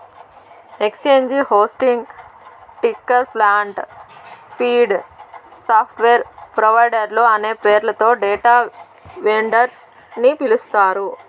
exchange hosting, ticker plant, feed, software ప్రొవైడర్లు అనే పేర్లతో డేటా వెండర్స్ ని పిలుస్తారు